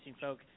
folk